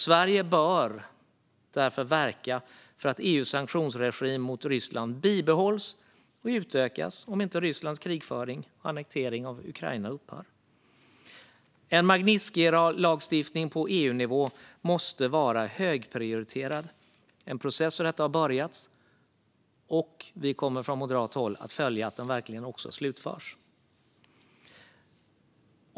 Sverige bör därför verka för att EU:s sanktionsregim mot Ryssland bibehålls och utökas om inte Rysslands krigföring och annektering av Ukraina upphör. En Magnitskijlagstiftning på EU-nivå måste vara högprioriterad. En process för detta har påbörjats, och vi kommer från moderat håll att följa att den också verkligen slutförs.